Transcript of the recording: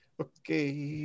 Okay